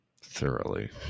Thoroughly